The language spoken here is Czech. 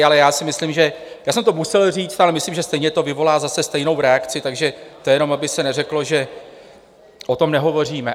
Ale já si myslím, že já jsem to musel říct ale myslím, že stejně to vyvolá zase stejnou reakci, takže to jenom aby se neřeklo, že o tom nehovoříme.